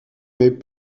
mais